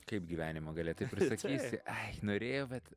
kaip gyvenimo gale taip ir sakysi ai norėjau bet